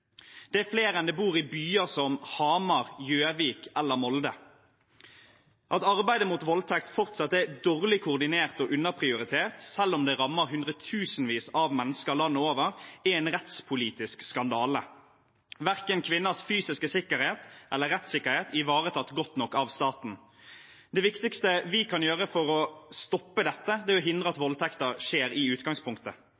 det er flere enn det bor i byer som Hamar, Gjøvik eller Molde. At arbeidet mot voldtekt fortsatt er dårlig koordinert og underprioritert, selv om det rammer hundretusenvis av mennesker landet over, er en rettspolitisk skandale. Verken kvinners fysiske sikkerhet eller rettssikkerhet er ivaretatt godt nok av staten. Det viktigste vi kan gjøre for å stoppe dette, er å hindre at